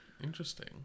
interesting